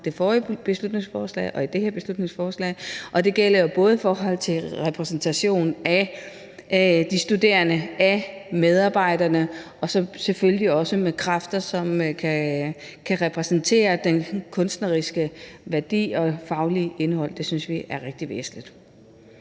det forrige beslutningsforslag og for det her beslutningsforslag. Og det gælder jo både i forhold til repræsentation af de studerende og af medarbejderne og så selvfølgelig også kræfter, som kan repræsentere den kunstneriske værdi og det faglige indhold. Det synes vi er rigtig væsentligt.